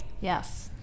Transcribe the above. Yes